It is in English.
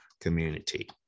community